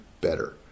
better